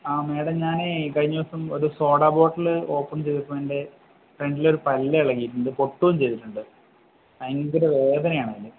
ആ മേഡം ഞാന് കഴിഞ്ഞദിവസം ഒരു സോഡ ബോട്ടില് ഓപ്പൺ ചെയ്തപ്പോള് എൻ്റെ ഫ്രണ്ടിലെ ഒരു പല്ല് ഇളകിയിട്ടുണ്ട് പൊട്ടുകയും ചെയ്തിട്ടുണ്ട് ഭയങ്കരം വേദനയാണ് അതിന്